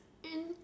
in